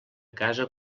casa